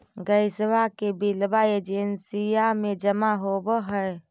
गैसवा के बिलवा एजेंसिया मे जमा होव है?